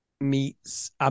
meets